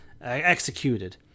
executed